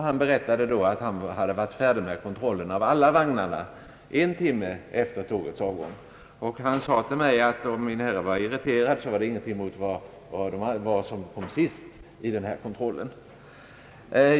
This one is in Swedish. Han berättade då att han hade blivit färdig med kontrollen av alla vagnarna först en timme efter tågets avgång, och han sade till mig att om jag var irriterad var det ingenting mot vad de var som kom sist i denna kontroll.